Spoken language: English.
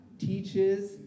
Teaches